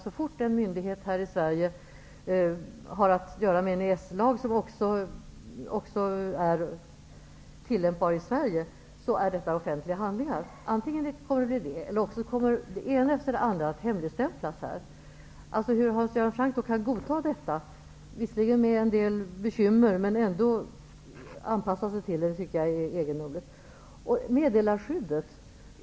Så fort en myndighet här i Sverige har att göra med en EES-lag som också är tillämpbar i Sverige är det fråga om offentliga handlingar, eller också kommer den ena efter den andra handlingen att hemligstämplas. Det är egendomligt att Hans Göran Franck, visserligen med en del bekymmer, kan godta detta och anpassa sig till det. Sedan till frågan om meddelarskyddet.